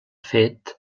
fet